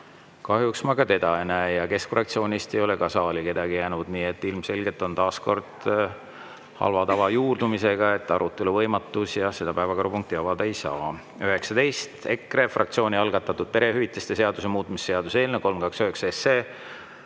Kahjuks ma ka teda ei näe ja keskfraktsioonist saali kedagi ei ole jäänud, nii et ilmselgelt on taas kord tegu halva tava juurdumisega, et on arutelu võimatus ja seda päevakorrapunkti avada ei saa. Nr 19, EKRE fraktsiooni algatatud perehüvitiste seaduse muutmise seaduse eelnõu, 329 SE.